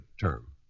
term